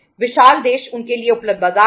विशाल देश उनके लिए उपलब्ध बाजार था